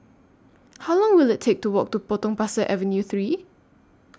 How Long Will IT Take to Walk to Potong Pasir Avenue three